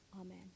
Amen